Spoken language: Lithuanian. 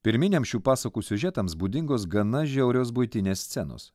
pirminiams šių pasakų siužetams būdingos gana žiaurios buitinės scenos